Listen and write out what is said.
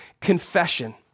confession